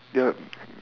yup